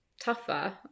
tougher